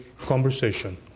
conversation